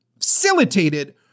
facilitated